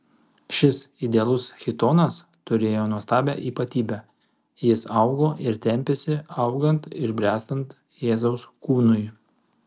šis idealus chitonas turėjo nuostabią ypatybę jis augo ir tempėsi augant ir bręstant jėzaus kūnui